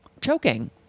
choking